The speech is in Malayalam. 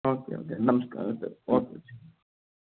ഓക്കെ ഓക്കെ നമസ്കാരം ഓക്കെ